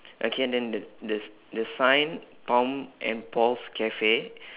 okay then the the s~ the sign tom and paul's cafe